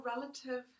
relative